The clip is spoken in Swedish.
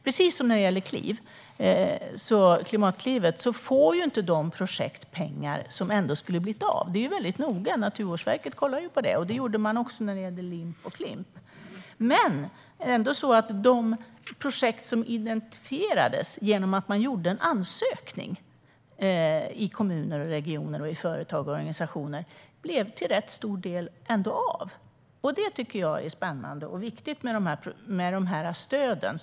Precis som när det gäller Klimatklivet får inte de projekt som ändå skulle ha blivit av pengar. Det är väldigt noga. Naturvårdsverket kollar på det. Det gjorde man också när det gällde LIP och Klimp. Men de projekt som identifierades genom att man gjorde en ansökning i kommuner, regioner, företag och organisationer blev till rätt stor del ändå av. Det tycker jag är spännande och viktigt med de här stöden.